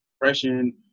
depression